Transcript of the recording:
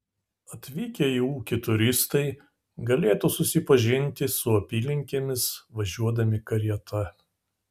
atvykę į ūkį turistai galėtų susipažinti su apylinkėmis važiuodami karieta